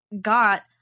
got